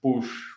push